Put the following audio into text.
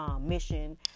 Mission